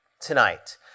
tonight